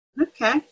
okay